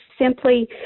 simply